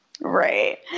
Right